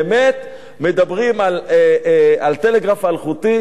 באמת מדברים על טלגרף אלחוטי,